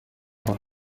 aho